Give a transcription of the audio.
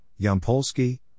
Yampolsky